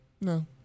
No